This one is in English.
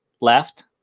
left